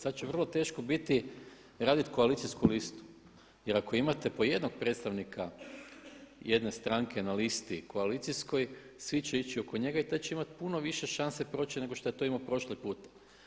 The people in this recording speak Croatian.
Sad će vrlo teško biti raditi koalicijsku listu, jer ako imate po jednog predstavnika jedne stranke na listi koalicijskoj svi će ići oko njega i taj će imati puno više šanse proći nego što je to imao prošli puta.